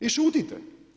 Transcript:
I šutite.